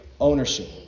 ownership